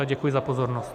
Děkuji za pozornost.